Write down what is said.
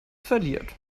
verliert